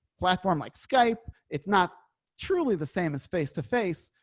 platform like skype. it's not truly the same as face to face,